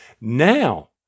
Now